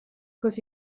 cause